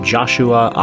Joshua